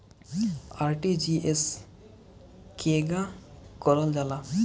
RTGS केगा करलऽ जाला?